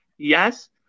Yes